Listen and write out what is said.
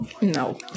No